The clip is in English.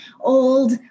old